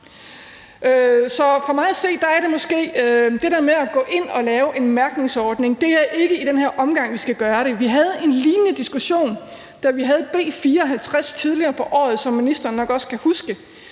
Så for mig at se er det der med at gå ind og lave en mærkningsordning ikke noget, vi skal gøre i denne omgang. Vi havde en lignende diskussion, da vi behandlede B 54 tidligere på året, som ministeren nok også godt kan huske.